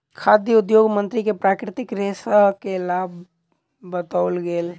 खाद्य उद्योग मंत्री के प्राकृतिक रेशा के लाभ बतौल गेल